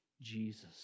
Jesus